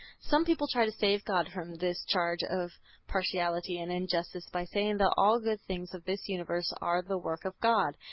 some people try to save god from this charge of partiality and injustice by saying that all good things of this universe are the work of god,